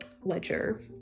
ledger